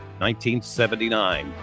1979